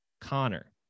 Connor